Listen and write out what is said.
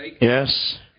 yes